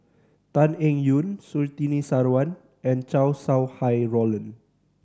Tan Eng Yoon Surtini Sarwan and Chow Sau Hai Roland